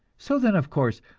so then, of course,